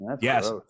Yes